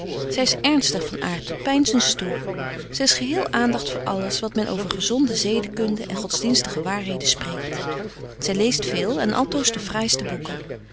zy is ernstig van aart tot peinzens toe zy is geheel aandagt voor alles wat men over gezonde zedekunde en godsdienstige waarheden spreekt zy leest veel en altoos de fraaiste boeken